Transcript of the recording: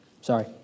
sorry